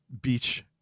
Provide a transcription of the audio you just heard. beach